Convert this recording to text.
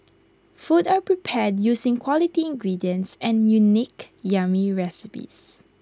food are prepared using quality ingredients and unique yummy recipes